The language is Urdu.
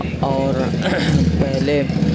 اور پہلے